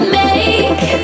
make